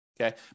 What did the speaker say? okay